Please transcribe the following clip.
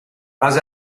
base